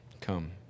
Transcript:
Come